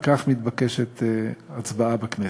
על כך מתבקשת הצבעה בכנסת.